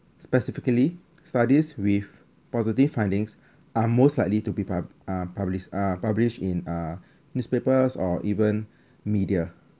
specifically studies with positive findings are most likely to be pu~ uh published uh published in uh newspapers or even media